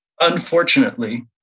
unfortunately